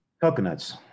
coconuts